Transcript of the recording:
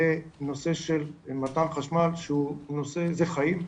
לנושא של מתן חשמל שהוא נושא חיים.